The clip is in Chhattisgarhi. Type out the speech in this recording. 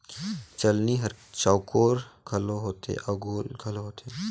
चलनी हर चउकोर घलो होथे अउ गोल घलो होथे